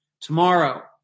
tomorrow